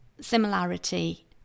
similarity